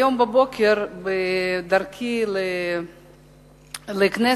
היום בבוקר, בדרכי לכנסת,